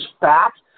fact